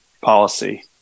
policy